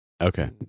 Okay